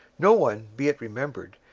no one, be it remembered,